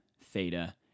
Theta